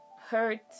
hurt